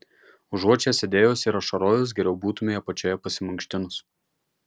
užuot čia sėdėjus ir ašarojus geriau būtumei apačioje pasimankštinus